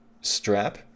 strap